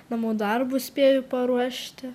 namų darbus spėju paruošti